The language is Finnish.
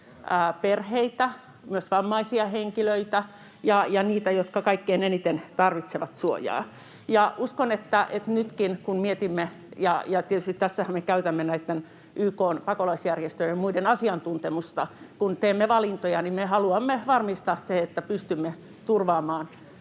perheitä, myös vammaisia henkilöitä, ja niitä, jotka kaikkein eniten tarvitsevat suojaa. Tässähän me tietysti käytämme YK:n pakolaisjärjestön ja muiden asiantuntemusta, kun teemme valintoja. Uskon, että nytkin me haluamme varmistaa sen, että pystymme turvaamaan